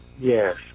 Yes